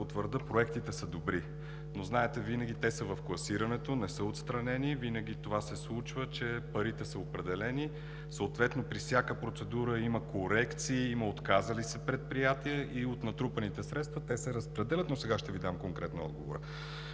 потвърдя – проектите са добри, но знаете – винаги те са в класирането, не са отстранени, винаги така се случва, че парите са определени. Съответно при всяка процедура има корекции, има отказали се предприятия и от натрупаните средства те се разпределят. Сега ще Ви дам конкретно отговора.